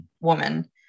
woman